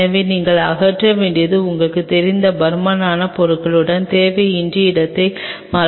எனவே நீங்கள் அகற்ற வேண்டியது உங்களுக்குத் தெரிந்த பருமனான பொருட்களுடன் தேவையின்றி இடத்தை மறைக்க வேண்டாம்